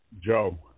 Joe